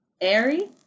airy